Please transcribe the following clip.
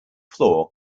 floor